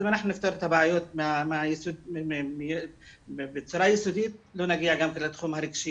אם נפתור את הבעיות בצורה יסודית לא נגיע גם לתחום הרגשי